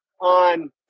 on